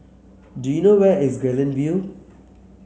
do you know where is Guilin View